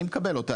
שאני מקבל אותה,